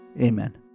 Amen